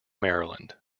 maryland